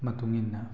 ꯃꯇꯨꯡ ꯏꯟꯅ